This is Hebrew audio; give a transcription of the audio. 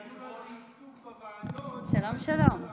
שלום, שלום.